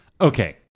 Okay